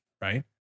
right